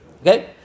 Okay